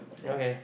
okay